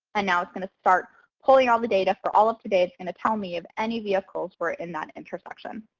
ah now it's going to start pulling all the data for all of today. it's going to tell me if any vehicles were in that intersection.